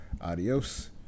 Adios